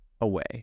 away